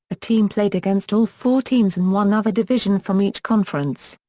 a team played against all four teams in one other division from each conference.